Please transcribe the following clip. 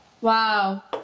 Wow